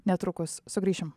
netrukus sugrįšim